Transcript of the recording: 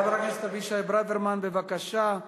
חבר הכנסת אבישי ברוורמן, בבקשה.